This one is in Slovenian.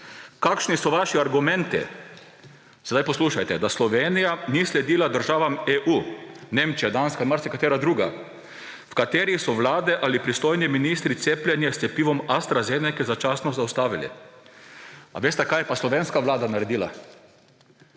Kakšni so vaši argumenti – sedaj poslušajte –, da Slovenija ni sledila državam EU – Nemčija, Danska in marsikatera druga –, v katerih so vlade ali pristojni ministri cepljenje s cepivom AstraZeneca začasno zaustavili? Ali veste, kaj je pa slovenska vlada naredila?